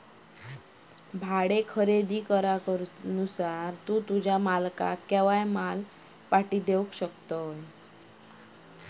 भाडे खरेदी करारानुसार तू तुझ्या मालकाक केव्हाय माल पाटी देवक शकतस